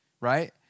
right